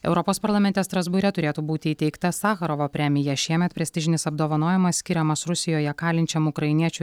europos parlamente strasbūre turėtų būti įteikta sacharovo premija šiemet prestižinis apdovanojimas skiriamas rusijoje kalinčiam ukrainiečių